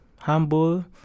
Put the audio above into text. humble